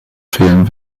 fehlen